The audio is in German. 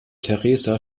teresa